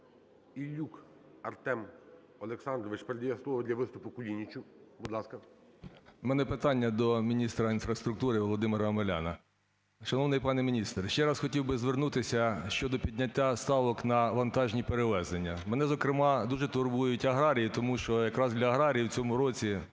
ІльюкАртем Олександрович передає слово для виступуКулінічу. Будь ласка. 11:05:05 КУЛІНІЧ О.І. В мене питання до міністра інфраструктури Володимира Омеляна. Шановний пане міністр, ще раз хотів би звернутися щодо підняття ставок на вантажні перевезення. Мене зокрема дуже турбують аграрії, тому що якраз для аграріїв в цьому році